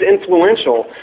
influential